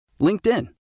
LinkedIn